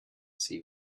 see